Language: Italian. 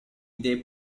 idee